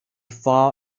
fall